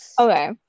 Okay